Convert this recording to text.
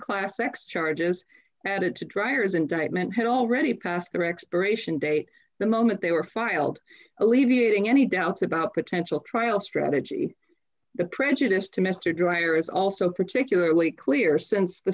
class sex charges added to driers indictment had already passed the rex parade day the moment they were filed alleviating any doubts about potential trial strategy the prejudice to mr dreier is also particularly clear since the